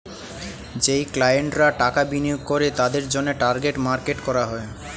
যেই ক্লায়েন্টরা টাকা বিনিয়োগ করে তাদের জন্যে টার্গেট মার্কেট করা হয়